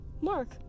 Mark